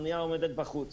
האונייה עומדת בחוץ.